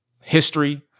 history